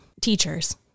teachers